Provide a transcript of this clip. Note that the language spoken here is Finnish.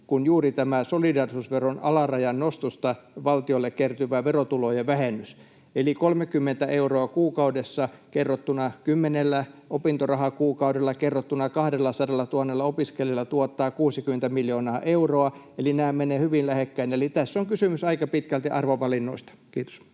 kuin juuri tämä solidaarisuusveron alarajan nostosta valtiolle kertyvä verotulojen vähennys. Eli 30 euroa kuukaudessa kerrottuna kymmenellä opintorahakuukaudella kerrottuna 200 000 opiskelijalla tuottaa 60 miljoonaa euroa, eli nämä menevät hyvin lähekkäin. Eli tässä on kysymys aika pitkälti arvovalinnoista. — Kiitos.